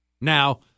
now